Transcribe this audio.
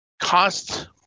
cost